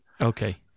Okay